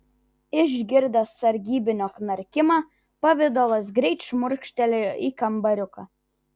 išgirdęs sargybinio knarkimą pavidalas greit šmurkštelėjo į kambariuką